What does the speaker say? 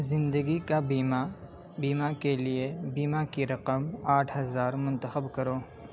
زندگی کا بیمہ بیمہ کے لیے بیمہ کی رقم آٹھ ہزار منتخب کرو